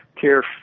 care